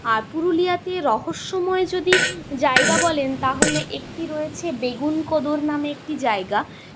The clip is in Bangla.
আর পুরুলিয়াতে রহস্যময় যদি জায়গা বলেন তাহলে একটি রয়েছে বেগুনকোদর নামে একটি জায়গা